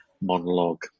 monologue